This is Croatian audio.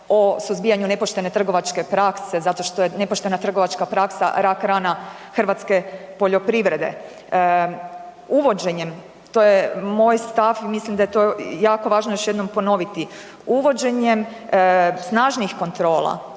o suzbijanju nepoštene trgovačke prakse. Zato što je nepoštena trgovačka praksa rak rana hrvatske poljoprivrede. Uvođenjem, to je moj stav, mislim da je to jako važno još jednom ponoviti, uvođenjem snažnih kontrola